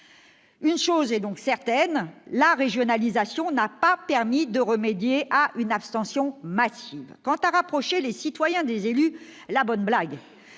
2014. Il est donc certain que la régionalisation n'a pas permis de remédier à une abstention massive. Quant à rapprocher les citoyens des élus, la bonne blague !